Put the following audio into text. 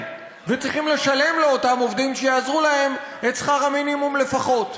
וצריכים לשלם לאותם עובדים שיעזרו להם את שכר המינימום לפחות.